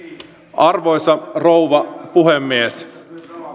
arvoisa rouva puhemies